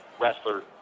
wrestler